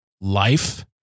life